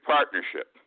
Partnership